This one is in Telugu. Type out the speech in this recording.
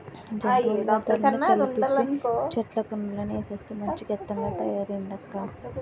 జంతువుల వ్యర్థాలన్నీ కలిపీసీ, చెట్లాకులన్నీ ఏసేస్తే మంచి గెత్తంగా తయారయిందక్కా